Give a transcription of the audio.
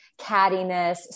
cattiness